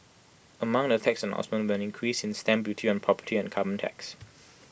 among the tax announcements were an increase in stamp duty on property and A carbon tax